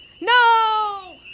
No